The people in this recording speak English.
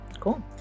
cool